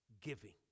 giving